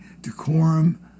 decorum